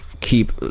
Keep